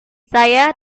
saya